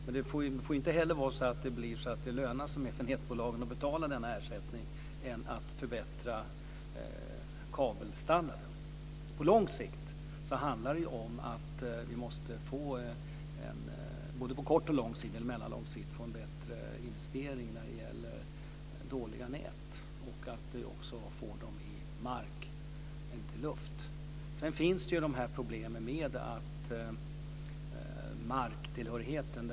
Men det får inte heller vara så att det blir mer lönsamt för nätbolagen att betala denna ersättning än att förbättra kabelstandarden. På kort och lång sikt handlar det om att vi måste få en bättre investering när det gäller dåliga nät och att vi också får dem i mark i stället för till luft. Sedan finns ju problemen med marktillhörigheten.